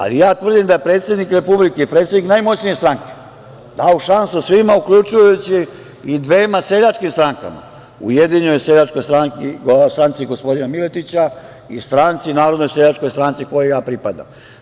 Ali ja tvrdim da je predsednik Republike i predsednik najmoćnije stranke dao šansu svima, uključujući i dvema seljačkim strankama, Ujedinjenoj seljačkoj stranci gospodina Miletića i Narodnoj seljačkoj stranci, kojoj ja pripadam.